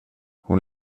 hon